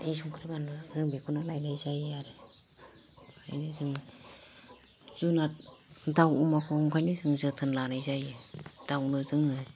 संख्रि बानलु जों बिखौनो लायनाय जायो आरो ओंखायनो जों जुनाद दाव अमाखौ ओंखायनो जों जोथोन लानाय जायो दावनो जोङो